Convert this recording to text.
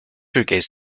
regains